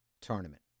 tournament